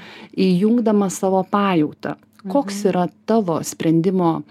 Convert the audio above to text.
įjungdamas savo pajautą koks yra tavo sprendimo